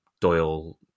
Doyle